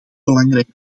belangrijk